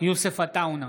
יוסף עטאונה,